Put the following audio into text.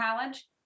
college